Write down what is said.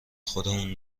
خودمون